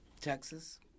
Texas